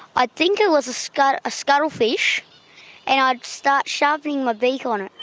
i'd think i was a scuttle ah scuttle fish and i'd start sharpening my beak on it.